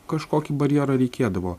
kažkokį barjerą reikėdavo